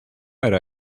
era